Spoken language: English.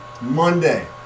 Monday